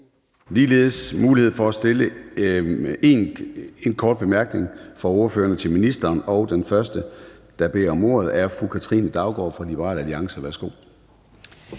ligeledes mulighed for at komme med en kort bemærkning fra ordførerne til ministeren, og den første, der har bedt om ordet, er fru Katrine Daugaard fra Liberal Alliance. Værsgo.